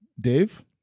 dave